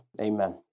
amen